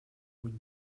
puny